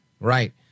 Right